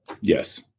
yes